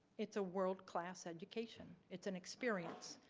it's a world class education, it's an experience.